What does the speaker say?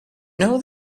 know